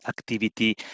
activity